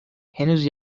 henüz